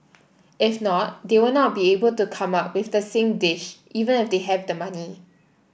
if not they will not be able to come up with the same dish even if they have the money